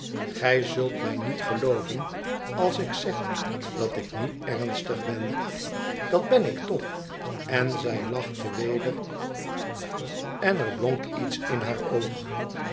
gij zult mij niet gelooven als ik zeg dat ik nu ernstig ben dat ben ik toch en zij lachte weder en er blonk iets in haar oog